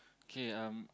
okay um